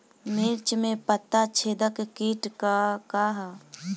मिर्च में पता छेदक किट का है?